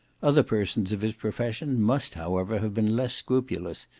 other persons of his profession must, however, have been less scrupulous,